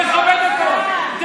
תכבד אותו, תכבד אותו.